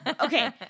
Okay